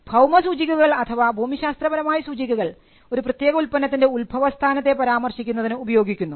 ഭൌമസൂചികകൾ അഥവാ ഭൂമിശാസ്ത്രപരമായ സൂചനകൾ ഒരു പ്രത്യേക ഉൽപ്പന്നത്തിൻറെ ഉത്ഭവസ്ഥാനത്തെ പരാമർശിക്കുന്നതിന് ഉപയോഗിക്കുന്നു